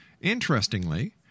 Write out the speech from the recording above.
Interestingly